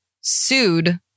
sued